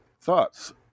thoughts